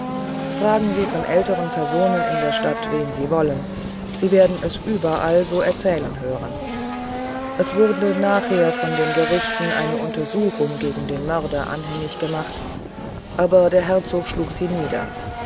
fragen sie von älteren personen in der stadt wen sie wollen sie werden es überall so erzählen hören es wurde nachher von den gerichten eine untersuchung gegen den mörder anhängig gemacht aber der herzog schlug sie nieder